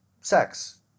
sex